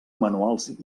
manuals